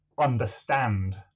understand